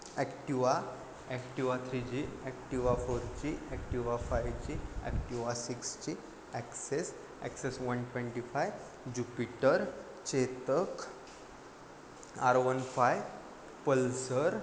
Activa Activa three G Activa four G Activa five G Activa six G Access Access one twenty five Jupiter Chetak R one five Pulsar